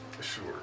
Sure